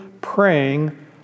praying